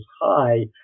high